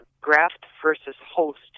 graft-versus-host